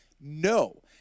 No